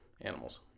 animals